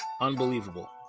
Unbelievable